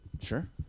Sure